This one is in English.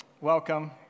Welcome